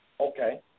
Okay